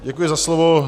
Děkuji za slovo.